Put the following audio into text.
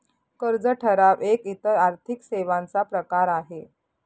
कर्ज ठराव एक इतर आर्थिक सेवांचा प्रकार आहे